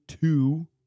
two